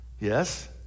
Yes